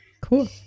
cool